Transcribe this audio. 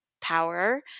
power